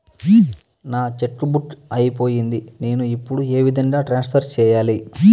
నా cheque book అయిపోయింది నేను ఇప్పుడు ఏ విధంగా ట్రాన్స్ఫర్ సేయాలి?